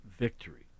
victory